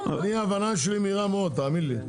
ההבנה שלי מהירה מאוד, תאמין לי.